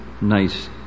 nice